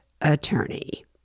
attorney